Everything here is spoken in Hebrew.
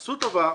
עשו טובה,